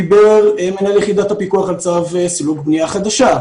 דיבר מנהל יחידת הפיקוח על צו סילוק בנייה חדשה,